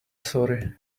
sorry